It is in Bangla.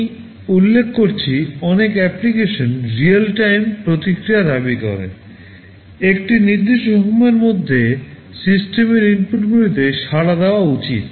আমি উল্লেখ করেছি অনেক অ্যাপ্লিকেশন রিয়েল টাইম প্রতিক্রিয়া দাবি করে একটি নির্দিষ্ট সময়ের মধ্যে সিস্টেমের ইনপুটগুলিতে সাড়া দেওয়া উচিত